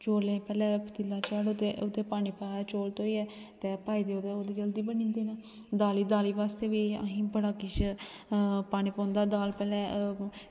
ते चौलें आस्तै पतीला चाढ़ेआ पानी पाइयै चौल धोइयै ते पाई देइड़ेओ ते दाली बास्तै बी किश पानी पौंदा दाल